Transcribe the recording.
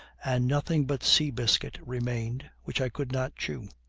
and nothing but sea-biscuit remained, which i could not chew.